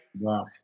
Wow